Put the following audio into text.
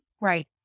Right